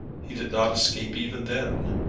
he did not escape even then.